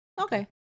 Okay